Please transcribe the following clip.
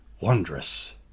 Wondrous